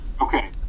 Okay